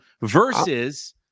versus